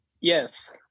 yes